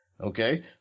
Okay